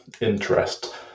interest